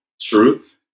Truth